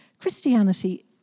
Christianity